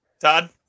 Todd